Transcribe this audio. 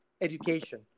education